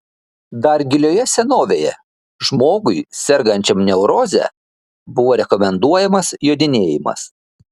dar gilioje senovėje žmogui sergančiam neuroze buvo rekomenduojamas jodinėjimas